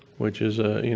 which is a, you